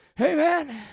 Amen